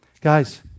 Guys